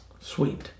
sweet